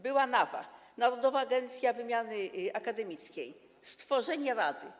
Była NAWA, Narodowa Agencja Wymiany Akademickiej - stworzenie rady.